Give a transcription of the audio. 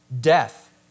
death